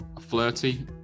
flirty